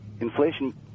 inflation